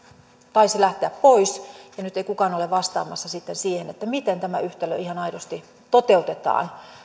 taisi lähteä pois ja nyt ei kukaan ole vastaamassa sitten siihen miten tämä yhtälö ihan aidosti toteutetaan